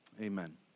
amen